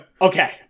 Okay